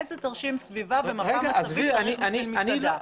איזה תרשים סביבה ומפה מצבית צריך בשביל מסעדה?